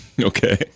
Okay